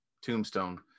tombstone